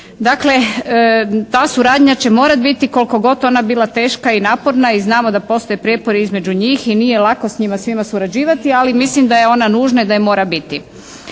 Dakle, ta suradnja će morati biti koliko god ona bila teška i naporna i znamo da postoje prijepori između njih i nije lako s njima svima surađivati, ali mislim da je ona nužna i da je mora biti.